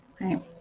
Right